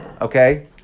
okay